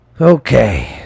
Okay